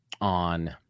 on